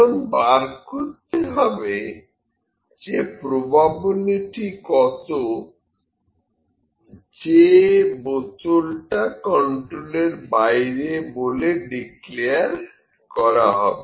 এখন বার করতে হবে যে প্রবাবিলিটি কত যে বোতলটা কন্ট্রোলের বাইরে বলে ডিক্লেয়ার করা হবে